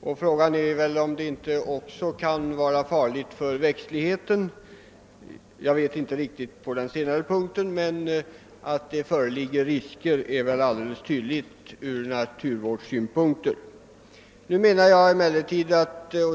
och frågan är om inte saltningen också är farlig för växtligheten. Jag känner inte närmare till hur därmed förhåller sig, men att det där föreligger risker ur naturvårdssynpunkt är alldeles tydligt.